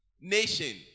nation